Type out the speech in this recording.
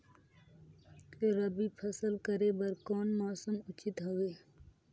रबी फसल करे बर कोन मौसम उचित हवे?